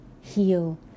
Heal